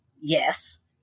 yes